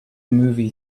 movie